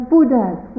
Buddhas